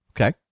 okay